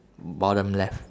bottom left